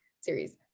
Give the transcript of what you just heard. series